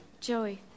joey